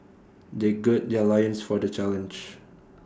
they gird their loins for the challenge